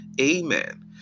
amen